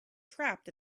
trapped